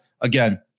again